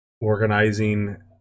organizing